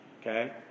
okay